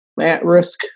at-risk